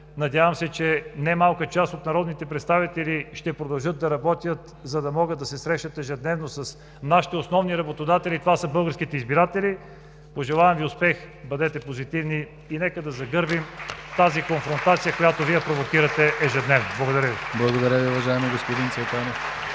Надявам се, че не малка част от народните представители ще продължат да работят, за да могат да се срещат ежедневно с нашите основни работодатели, това са българските избиратели. Пожелавам Ви успех! Бъдете позитивни и нека да загърбим тази конфронтация, която Вие провокирате ежедневно! Благодаря Ви! (Ръкопляскания от